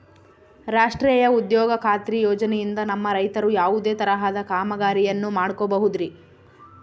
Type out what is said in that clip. ರಾಷ್ಟ್ರೇಯ ಉದ್ಯೋಗ ಖಾತ್ರಿ ಯೋಜನೆಯಿಂದ ನಮ್ಮ ರೈತರು ಯಾವುದೇ ತರಹದ ಕಾಮಗಾರಿಯನ್ನು ಮಾಡ್ಕೋಬಹುದ್ರಿ?